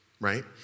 right